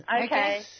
Okay